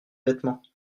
vêtements